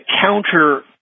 counter